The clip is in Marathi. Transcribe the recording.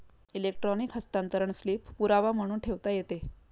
इलेक्ट्रॉनिक हस्तांतरण स्लिप पुरावा म्हणून ठेवता येते